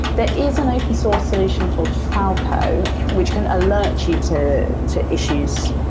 there is an open source solution called falco, which can alert you to to issues,